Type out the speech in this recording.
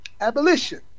abolition